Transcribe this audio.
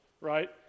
right